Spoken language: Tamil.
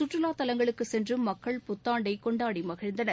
சுற்றுலா தலங்களுக்கு சென்றும் மக்கள் புத்தாண்டை கொண்டாடி மகிழ்ந்தனர்